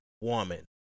woman